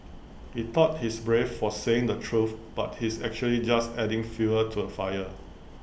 he thought he's brave for saying the truth but he's actually just adding fuel to the fire